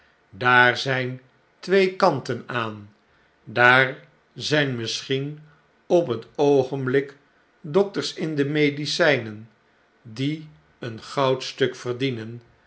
daar zyn twee kanten aan daar zyn misschien op het oogenblik dokters in de medicynen die een goudstuk verdienen